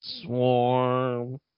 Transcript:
Swarm